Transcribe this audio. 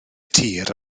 tir